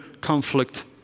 conflict